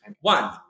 One